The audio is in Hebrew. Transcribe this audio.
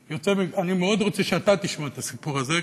אני מאוד רוצה שאתה תשמע את הסיפור הזה,